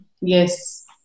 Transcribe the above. Yes